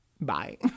Bye